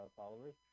followers